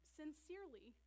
sincerely